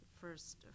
first